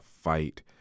fight